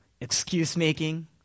excuse-making